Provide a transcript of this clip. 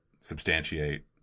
substantiate